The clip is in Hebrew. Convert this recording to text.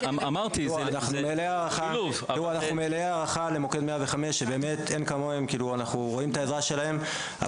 אנחנו מלאי הערכה למוקד 105 שאין כמוהם אנחנו רואים את העזרה שלהם.